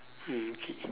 mm okay